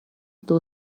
это